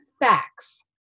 facts